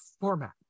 format